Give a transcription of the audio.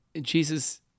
Jesus